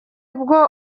bwo